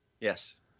Yes